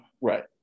Right